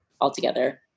altogether